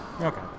Okay